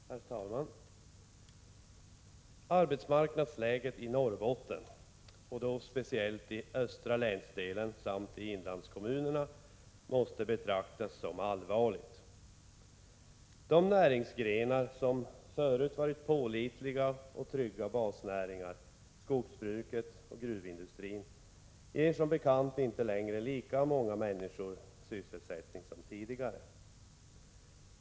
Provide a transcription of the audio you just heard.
Herr talman! Arbetsmarknadsläget i Norrbotten, och då speciellt i östra länsdelen samt i inlandskommunerna, måste betraktas som allvarligt. De näringsgrenar som förut varit pålitliga och trygga basnäringar — skogsbruket och gruvindustrin — ger som bekant inte längre lika många människor sysselsättning som tidigare.